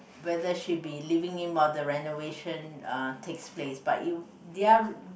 whether she be living in while the renovation uh takes place but it their